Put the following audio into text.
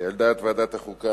על דעת ועדת החוקה,